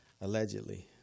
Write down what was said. Allegedly